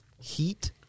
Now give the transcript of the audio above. heat